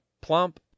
plump